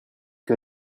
que